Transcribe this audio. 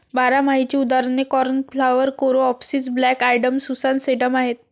बारमाहीची उदाहरणे cornflower, coreopsis, black eyed Susan, sedum आहेत